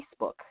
Facebook